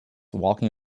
walking